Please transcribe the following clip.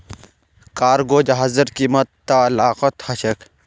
cargo जहाजेर कीमत त लाखत ह छेक